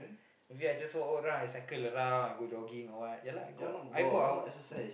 maybe I just walk around I cycle around I go jogging or what ya lah I go I go out